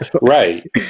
Right